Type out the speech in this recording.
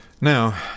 Now